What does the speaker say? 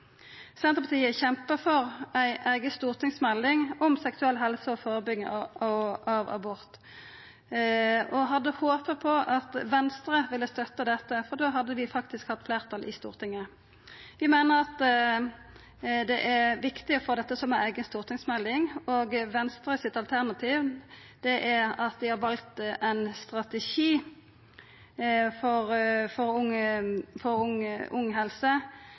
Senterpartiet kjempa for ei eiga stortingsmelding om seksuell helse og førebygging av abort, og hadde håpa på at Venstre ville støtta dette, for då hadde vi faktisk hatt fleirtal i Stortinget. Vi meiner at det er viktig å få dette som ei eiga stortingsmelding, og Venstres alternativ er at dei har valt å be om ein strategi for ung